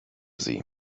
sie